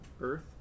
Earth